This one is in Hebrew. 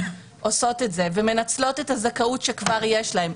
עושות את זה ומנצלות את הזכאות שכבר יש להן.